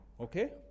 Okay